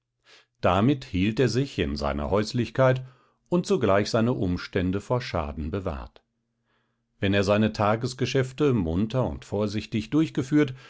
damit hielt er sich in seiner häuslichkeit und zugleich seine umstände vor schaden bewahrt wenn er seine tagesgeschäfte munter und vorsichtig durchgeführt